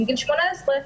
מגיל 18,